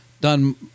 done